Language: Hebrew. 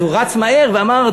אז הוא רץ מהר ואמר,